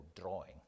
drawing